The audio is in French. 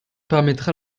permettra